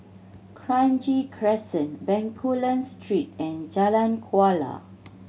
Kranji Crescent Bencoolen Street and Jalan Kuala